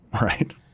Right